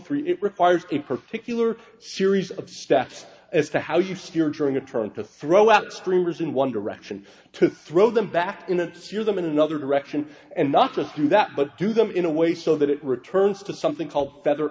three it requires a particular series of steps as to how you steer drawing a turn to throw out streamers in one direction to throw them back in a sphere them in another direction and not just do that but do them in a way so that it returns to something called feather